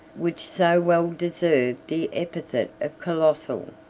which so well deserved the epithet of colossal.